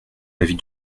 l’avis